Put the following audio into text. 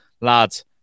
Lads